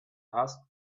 asked